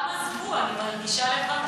כולם עזבו, אני מרגישה לבד.